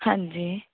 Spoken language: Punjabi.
ਹਾਂਜੀ